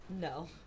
No